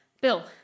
Bill